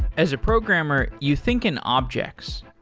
as a programmer, you think an object.